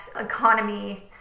economy